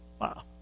Wow